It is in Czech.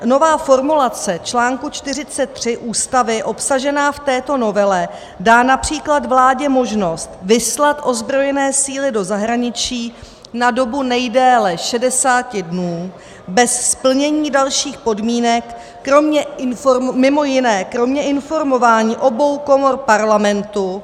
Nová formulace článku 43 Ústavy obsažená v této novele dá například vládě možnost vyslat ozbrojené síly do zahraničí na dobu nejdéle šedesáti dnů bez splnění dalších podmínek, mimo jiné kromě informování obou komor Parlamentu.